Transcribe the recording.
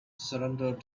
surrendered